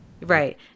Right